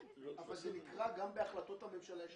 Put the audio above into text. אבל גם בהחלטות הממשלה,